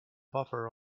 buffer